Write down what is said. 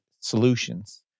solutions